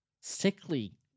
Sickly